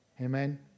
Amen